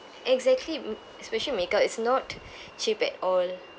exactly m~ especially makeup it's not cheap at all